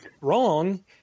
wrong